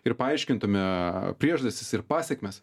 ir paaiškintume priežastis ir pasekmes